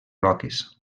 roques